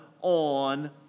on